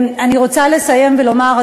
אני רוצה לסיים ולומר,